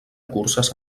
curses